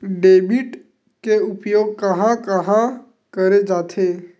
Debit के उपयोग कहां कहा करे जाथे?